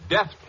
Death